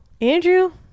Andrew